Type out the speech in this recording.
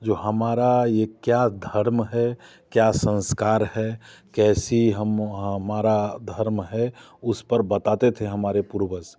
जो हमारा ये क्या धर्म है क्या संस्कार है कैसी हम हमारा धर्म है उस पर बताते थे हमारे पूर्वज़